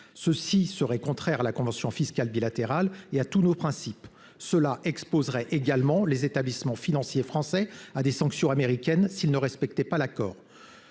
Cela contreviendrait à la convention fiscale bilatérale et à tous nos principes et exposerait les établissements financiers français à des sanctions américaines, s'ils ne respectaient pas l'accord.